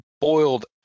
boiled